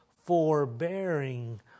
forbearing